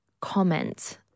comment